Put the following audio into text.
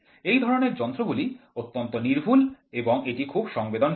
এই ধরণের যন্ত্রগুলি অত্যন্ত নির্ভুল এবং এটি খুব সংবেদনশীল